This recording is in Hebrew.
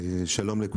שלום.